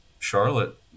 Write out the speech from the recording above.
Charlotte